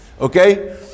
okay